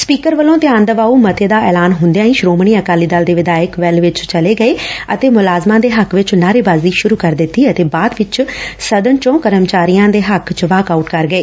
speaker ਵੱਲੋ ਧਿਆਨ ਦਵਾਊ ਮਤੇ ਦਾ ਐਲਾਨ ਹੁੰਦਿਆਂ ਹੀ ਸ੍ਰੋਮਣੀ ਅਕਾਲੀ ਦਲ ਦੇ ਵਿਧਾਇਕ ਵੈਨ ਵਿਚ ਚਲੇ ਗਏ ਅਤੇ ਮੁਲਾਜ਼ਮਾਂ ਦੇ ਹੱਕ ਵਿਚ ਨਾਅਰੇਬਾਜ਼ੀ ਸੁਰੂ ਕਰ ਦਿੱਤੀ ਅਤੇ ਬਾਅਦ ਵਿਚੋਂ ਸਦਨ ਚੋਂ ਕਰਮਚਾਰੀਆਂ ਦੇ ਹੱਕ ਵਿਚ ਵਾਕ ਆਉਟ ਕਰ ਗਏ